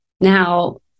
Now